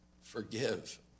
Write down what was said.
forgive